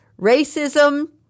racism